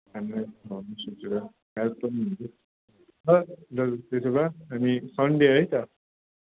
हामीलाई भविष्यतिर हेल्प पनि हुन्छ ल दाजु त्यसो भए हामी सन्डे है त